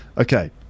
Okay